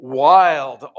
wild